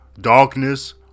darkness